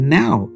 now